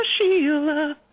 Sheila